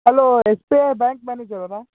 hello S B I bank ಮ್ಯಾನೇಜರವರಾ